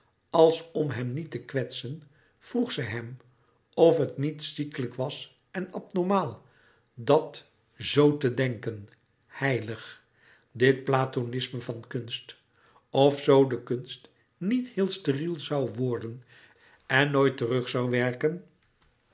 als om hem niet te kwetsen vroeg zij hem of het niet ziekelijk was en abnormaal dat z te denken heilig dit platonisme van kunst of z de kunst niet heel steriel zoû worden en nooit terug zoû werken